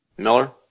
Miller